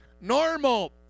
Normal